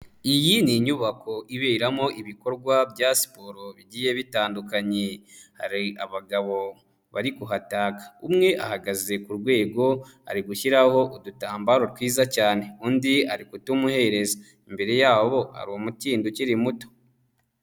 Iyi ni inyubako iberamo ibikorwa bya siporo bigiye bitandukanye. Hari abagabo bari kuhataka: umwe ahagaze ku rwego ari gushyiraho udutambaro twiza cyane. Undi ari kutumuhereza, imbere yabo hari umukindo ukiri muto.